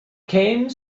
came